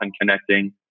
connecting